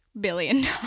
billion